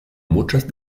muchas